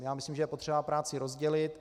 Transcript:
Já myslím, že je potřeba práci rozdělit.